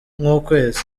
nk’ukwezi